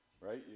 Right